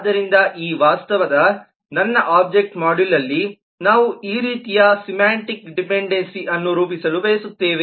ಆದ್ದರಿಂದ ಈ ವಾಸ್ತವದ ನನ್ನ ಒಬ್ಜೆಕ್ಟ್ ಮಾಡ್ಯೂಲ್ ಅಲ್ಲಿ ನಾವು ಈ ರೀತಿಯ ಸಿಮ್ಯಾಟಿಕ್ ಡಿಫೆನ್ಡೆನ್ಸಿ ಅನ್ನು ರೂಪಿಸಲು ಬಯಸುತ್ತೇವೆ